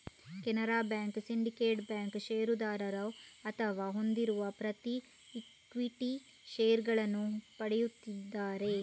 Canara bank, Syndicate bank ಷೇರುದಾರರು ಅವರು ಹೊಂದಿರುವ ಪ್ರತಿ ಈಕ್ವಿಟಿ ಷೇರುಗಳನ್ನು ಪಡೆಯುತ್ತಿದ್ದಾರೆ